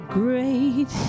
great